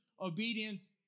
obedience